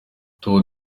tour